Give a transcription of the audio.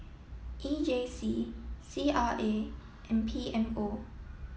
E J C C R A and P M O